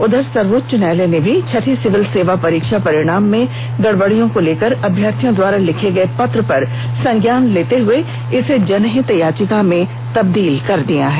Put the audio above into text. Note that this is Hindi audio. उधर सर्वोच्च न्यायालय ने भी छठी सिविल सेवा परीक्षा परिणाम में गड़बड़ियों को लेकर अभ्यर्थियों द्वारा लिखे गए पत्र पर संज्ञान लेते हुए इसे जनहित याचिका में तब्दील कर दिया है